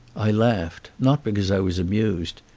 i laughed, not because i was amused,